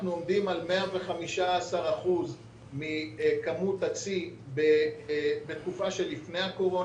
אנחנו עומדים על 115% מכמות הצי לעומת התקופה שלפני הקורונה.